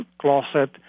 closet